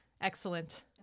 Excellent